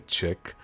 check